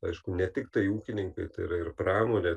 aišku ne tiktai ūkininkai tai yra ir pramonė